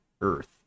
Earth